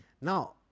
Now